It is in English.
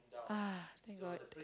ah thank god